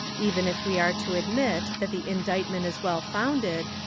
even if we are to admit that the indictment is well founded,